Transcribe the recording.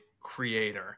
creator